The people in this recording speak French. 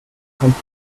crainte